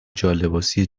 جالباسی